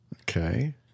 Okay